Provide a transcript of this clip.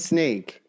Snake